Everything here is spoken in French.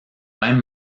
même